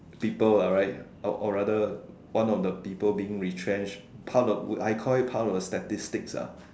people ah right or or rather one of the people being retrenched part of the I call it part of the statistics ah